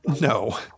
No